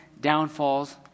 downfalls